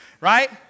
right